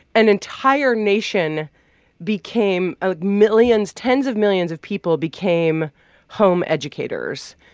an entire nation became ah millions tens of millions of people became home educators,